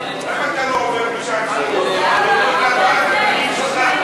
למה אתה לא עובר משם, שיראו אותך?